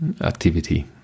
activity